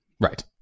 Right